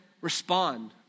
respond